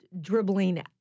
dribbling